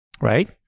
right